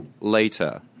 later